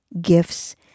gifts